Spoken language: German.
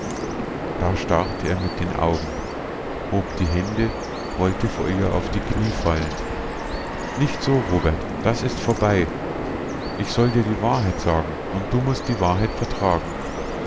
da starrte er mit den augen hob die hände wollte vor ihr auf die knie fallen nicht so robert das ist vorbei ich soll dir die wahrheit sagen und du mußt die wahrheit vertragen